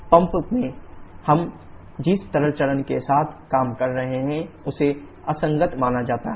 pump में हम जिस तरल चरण के साथ काम कर रहे हैं उसे असंगत माना जाता है